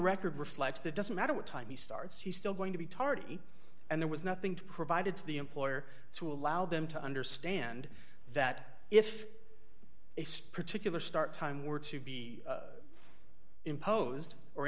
record reflects that doesn't matter what time he starts he's still going to be tardy and there was nothing to provided to the employer to allow them to understand that if it's particular start time were to be imposed or